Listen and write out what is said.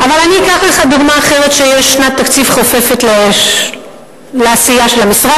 אני אתן לך דוגמה אחרת שיש שנת תקציב חופפת לעשייה של המשרד,